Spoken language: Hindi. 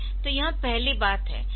तो यह पहली बात है